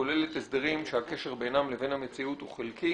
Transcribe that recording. כוללת הסברים שהקשר בינה לבין המציאות הוא חלקי